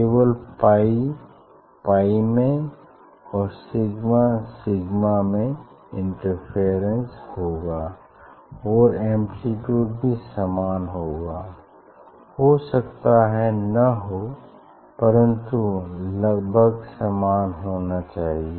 केवल pi pi में और सिग्मा सिग्मा में इंटरफेरेंस होगा और एम्प्लीट्यूड भी समान होगा हो सकता है न हो परन्तु लगभग समान होना चाहिए